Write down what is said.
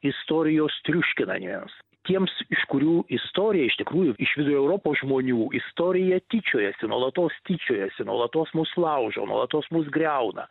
istorijos triuškinamiems tiems iš kurių istorija iš tikrųjų iš vidurio europos žmonių istorija tyčiojasi nuolatos tyčiojasi nuolatos mus laužo nuolatos mus griauna